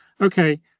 okay